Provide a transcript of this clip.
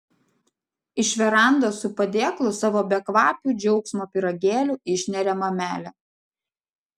iš verandos su padėklu savo bekvapių džiaugsmo pyragėlių išneria mamelė